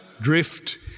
drift